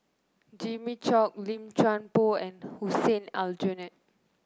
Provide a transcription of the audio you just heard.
Jimmy Chok Lim Chuan Poh and Hussein Aljunied